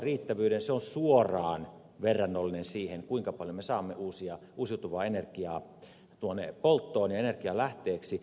se on suoraan verrannollinen siihen kuinka paljon me saamme uusiutuvaa energiaa polttoon ja energianlähteeksi